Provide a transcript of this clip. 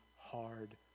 hard